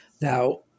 Now